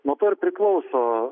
nuo to ir priklauso